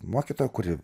mokytoją kuri